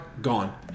gone